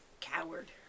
coward